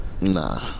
Nah